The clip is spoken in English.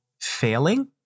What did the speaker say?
failing